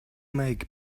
make